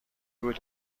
بود